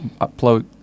upload